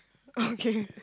okay